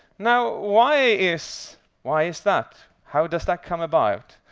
now, why is why is that? how does that come about?